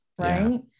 right